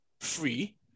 free